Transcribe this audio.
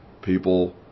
people